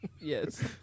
Yes